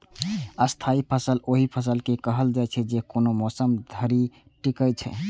स्थायी फसल ओहि फसल के कहल जाइ छै, जे कोनो मौसम धरि टिकै छै